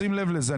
לשים לב לזה,